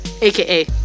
aka